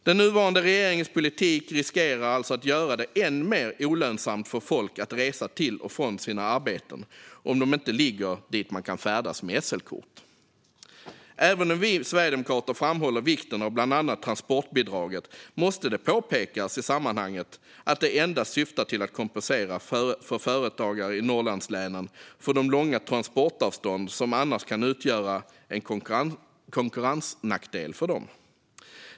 Den nuvarande regeringens politik riskerar alltså att göra det än mer olönsamt för folk att resa till och från sina arbeten om de inte ligger på platser dit man kan färdas med SL-kort. Även om vi sverigedemokrater framhåller vikten av bland annat transportbidraget måste det påpekas att det endast syftar till att kompensera företagare i Norrlandslänen för de långa transportavstånd som annars kan utgöra en konkurrensnackdel för dem.